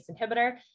inhibitor